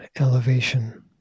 elevation